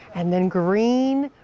and then green.